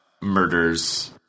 murders